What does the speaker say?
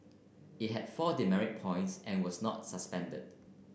it had four demerit points and was not suspended